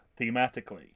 thematically